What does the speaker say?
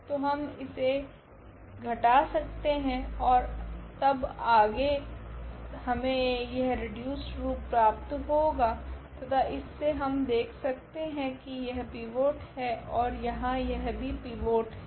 तो हम इसे घटा सकते है ओर तब आगे हमे यह रिड्यूसड रूप प्राप्त होगा तथा इससे हम देख सकते है की यह पिवोट है ओर यहाँ यह भी पिवोट है